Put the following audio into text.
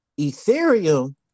Ethereum